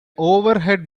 overhead